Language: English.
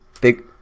Big